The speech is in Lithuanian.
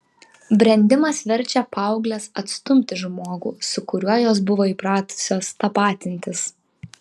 brendimas verčia paaugles atstumti žmogų su kuriuo jos buvo įpratusios tapatintis